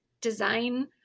design